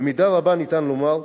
במידה רבה ניתן לומר,